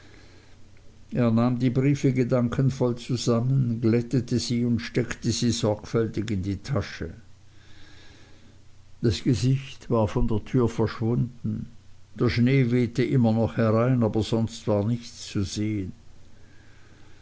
nahm die briefe gedankenvoll zusammen glättete sie und steckte sie sorgfältig in die tasche das gesicht war von der tür verschwunden der schnee wehte immer noch herein aber sonst war nichts zu sehen